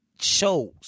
shows